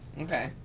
okay.